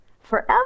Forever